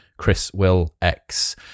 chriswillx